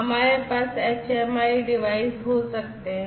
हमारे पास HMI device हो सकते हैं